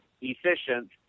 efficient